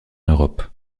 europe